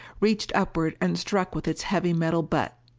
reached upward and struck with its heavy metal butt.